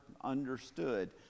understood